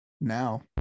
now